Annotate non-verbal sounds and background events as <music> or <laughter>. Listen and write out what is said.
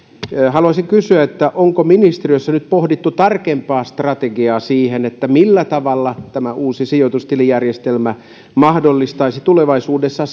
haluaisin kysyä onko ministeriössä nyt pohdittu tarkempaa strategiaa siihen millä tavalla tämä uusi sijoitustilijärjestelmä mahdollistaisi tulevaisuudessa <unintelligible>